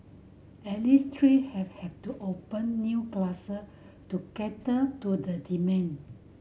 at least three have had to open new class to cater to the demand